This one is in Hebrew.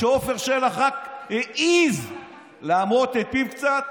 כשעפר שלח רק העז להמרות את פיו קצת,